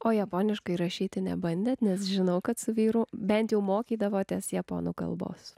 o japoniškai rašyti nebandėte nes žinau kad su vyru bent jau mokydavotės japonų kalbos